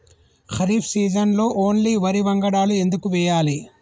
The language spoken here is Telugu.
ఖరీఫ్ సీజన్లో ఓన్లీ వరి వంగడాలు ఎందుకు వేయాలి?